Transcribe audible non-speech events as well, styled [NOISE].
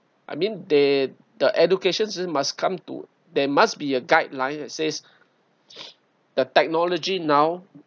I mean they the educations must come to there must be a guideline that says [NOISE] the technology now